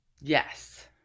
Yes